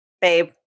Babe